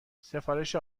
سفارش